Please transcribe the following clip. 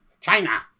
China